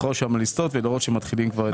יכול לסטות ולראות שמתחילים כבר את הפעילות.